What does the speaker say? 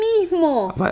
mismo